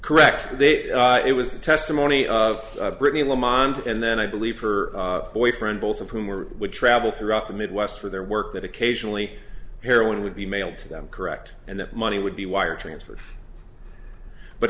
correct they it was the testimony of britney lamond and then i believe her boyfriend both of whom were would travel throughout the midwest for their work that occasionally here one would be mailed to them correct and that money would be wire transfer but